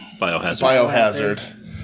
Biohazard